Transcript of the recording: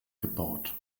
gebaut